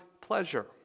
pleasure